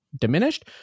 diminished